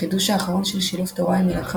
בחידוש האחרון של שילוב תורה עם מלאכה